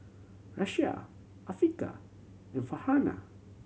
Raisya Afiqah and Farhanah